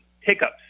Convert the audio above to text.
hiccups